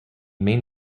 main